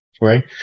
Right